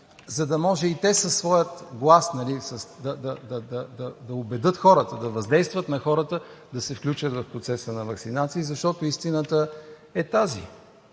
за да може и те със своя глас да убедят хората, да въздействат на хората да се включат в процеса на ваксинации, защото истината е тази